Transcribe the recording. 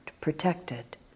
protected